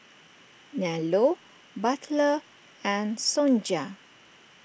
Nello Butler and Sonja